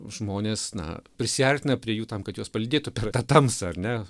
žmones na prisiartina prie jų tam kad juos palydėtų per tą tamsą ar ne